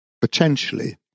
potentially